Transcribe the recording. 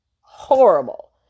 horrible